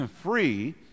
free